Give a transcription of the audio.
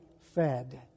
fed